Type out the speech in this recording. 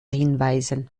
hinweisen